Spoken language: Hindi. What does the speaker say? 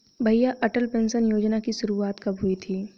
भैया अटल पेंशन योजना की शुरुआत कब हुई थी?